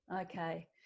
okay